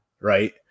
right